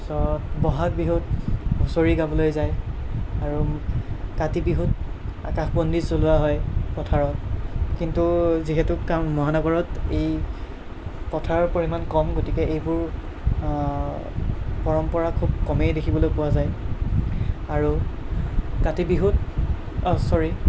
তাৰপিছত ব'হাগ বিহুত হুঁচৰি গাবলৈ যায় আৰু কাতি বিহুত আকাশ বন্তি জ্বলোৱা হয় পথাৰত কিন্তু যিহেতু কাম মহানগৰত এই পথাৰৰ পৰিমাণ কম গতিকে এইবোৰ পৰম্পৰা খুব কমেই দেখিবলৈ পোৱা যায় আৰু কাতি বিহুত ছৰী